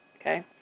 okay